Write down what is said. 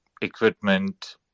equipment